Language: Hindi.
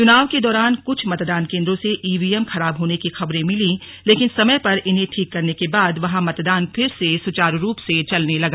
चुनाव के दौरान कुछ मतदान केंद्रों से ईवीएम खराब होने की खबरें मिलीं लेकिन समय पर इन्हें ठीक करने के बाद वहां मतदान फिर से सुचारू रूप से चलने लगा